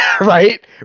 right